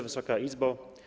Wysoka Izbo!